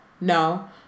No